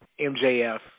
MJF